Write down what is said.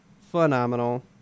phenomenal